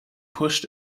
pushed